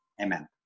Amen